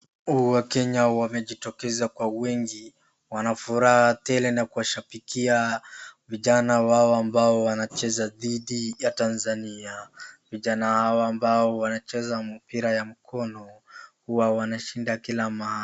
Wakenya wamejitokeza kwa wingi wanafuraha tele na kuwashambikia vijana wao ambao wanacheza dhidi ya Tanzania. Vijana hawa ambao wanacheza mpira ya mkono huwa wanashinda kila mara.